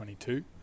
2022